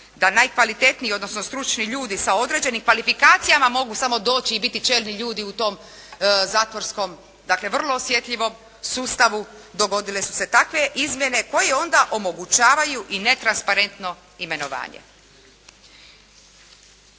da najkvalitetniji, odnosno stručni ljudi sa određenim kvalifikacijama mogu samo doći i biti čelni ljudi u tom zatvorskom, dakle vrlo osjetljivom sustavu, dogodile su se takve izmjene koje onda omogućavaju i netransparentno imenovanje.